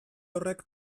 horrek